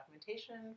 documentation